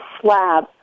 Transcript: slab